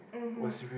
mmhmm